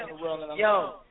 Yo